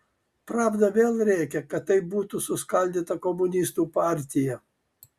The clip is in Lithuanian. pravda vėl rėkia kad taip būtų suskaldyta komunistų partija